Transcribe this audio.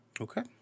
Okay